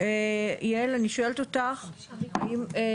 יעל, אני שואלת אותך, סליחה.